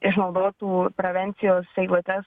išnaudotų prevencijos eilutes